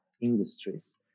industries